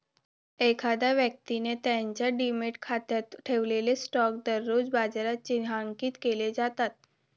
एखाद्या व्यक्तीने त्याच्या डिमॅट खात्यात ठेवलेले स्टॉक दररोज बाजारात चिन्हांकित केले जातात